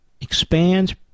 expands